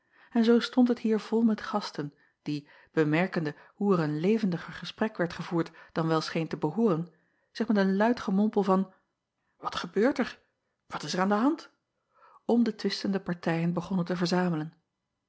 en zoo stond het hier vol met gasten die bemerkende hoe er een levendiger gesprek werd gevoerd dan wel scheen te behooren zich met een luid gemompel van wat gebeurt er wat is er aan de hand om de twistende partijen begonnen te verzamelen